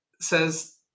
says